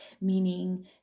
Meaning